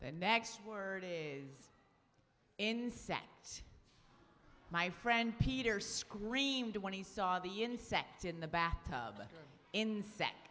the next word is inset my friend peter screamed when he saw the insects in the bath tub insect